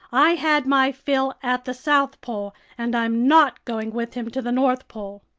i had my fill at the south pole and i'm not going with him to the north pole.